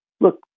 look